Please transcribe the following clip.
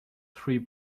three